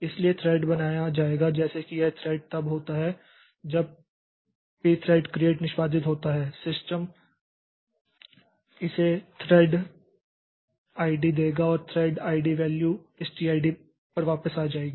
इसलिए थ्रेड बनाया जाएगा जैसे कि यह थ्रेड तब होता है जब यह preadread create निष्पादित होता है सिस्टम इसे थ्रेड आईडी देगा और थ्रेड आईडी वैल्यू इस tid पर वापस आ जाएगी